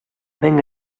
мең